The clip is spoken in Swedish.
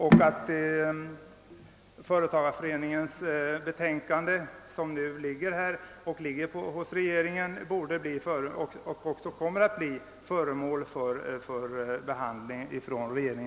Företagareföreningsutredningens betänkande ligger ju hos regeringen och kommer att bli föremål för dess behandling.